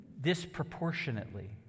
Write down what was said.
disproportionately